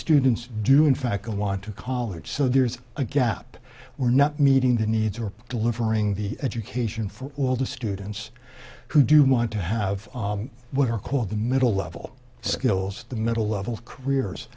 students do in fact want to college so there's a gap we're not meeting the needs are delivering the education for all the students who do want to have what are called the middle level skills the middle level careers